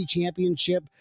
Championship